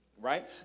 Right